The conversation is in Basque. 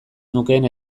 nukeen